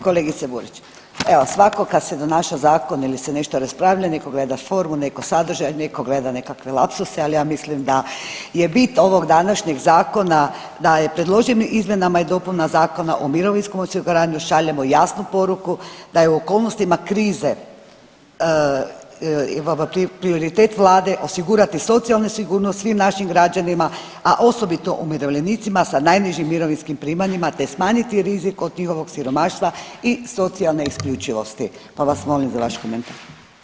Kolegice Burić, evo svatko kad se donaša zakon ili se nešto raspravlja, netko gleda formu, netko sadržaj, a netko gleda nekakve lapsuse, ali ja mislim da je bit ovog današnjeg Zakona da je predloženim izmjenama i dopuna Zakona o mirovinskom osiguranju šaljemo jasnu poruku da je u okolnostima krize prioritet Vlade osigurati socijalnu sigurnost svim našim građanima, a osobito umirovljenicima sa najnižim mirovinskim primanjima te smanjiti rizik od njihovog siromaštva i socijalne isključivosti pa vas molim za vaš komentar.